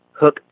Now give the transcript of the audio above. hook